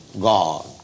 God